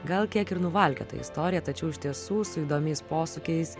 gal kiek ir nuvalkiota istorija tačiau iš tiesų su įdomiais posūkiais